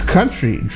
Country